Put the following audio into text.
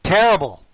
Terrible